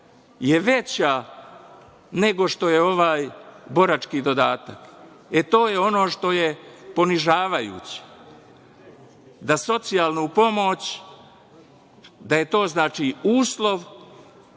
je veća nego što je ovaj borački dodatak i to je ono što je ponižavajuće, da socijalnu pomoć, da je to, znači, uslov